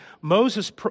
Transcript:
Moses